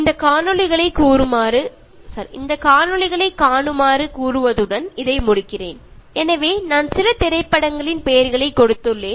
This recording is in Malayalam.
നിങ്ങൾ തീർച്ചയായും കണ്ടിരിക്കേണ്ട കുറച്ച് വീഡിയോകൾ ഇവിടെ പ്രതിപാദിക്കാം ഞാൻ നിങ്ങൾക്ക് ചില സിനിമകളുടെ പേരുകൾ തന്നിരുന്നല്ലോ